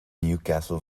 newcastle